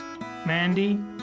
Mandy